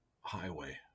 highway